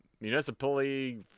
municipally